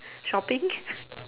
shopping